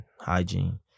hygiene